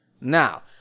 now